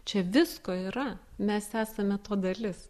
čia visko yra mes esame to dalis